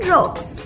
Rocks